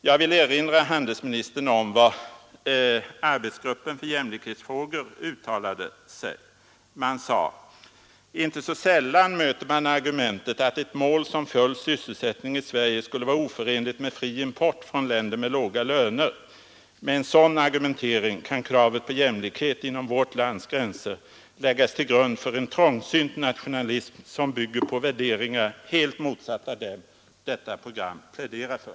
Jag vill erinra handelsministern om vad arbetsgruppen för jämlikhetsfrågor uttalade: ”Inte så sällan möter man argumentet att ett mål som full sysselsättning i Sverige skulle vara oförenligt med fri import från länder med låga löner. Med en sådan argumentering kan kravet på jämlikhet inom vårt lands gränser läggas till grund för en trångsynt nationalism som bygger på värderingar helt motsatta dem som detta program pläderat för.”